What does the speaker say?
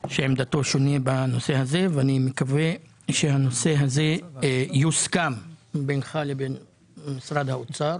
שעמדתו שונה בנושא הזה ומקווה שהנושא הזה יוסכם בינך לבין משרד האוצר,